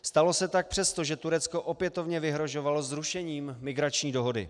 Stalo se tak přesto, že Turecko opětovně vyhrožovalo zrušením migrační dohody.